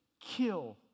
kill